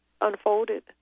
unfolded